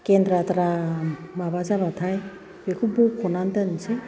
गेन्द्रा द्रा माबा जाबाथाय बेखौ बख'नानै दोनसै